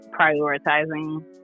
prioritizing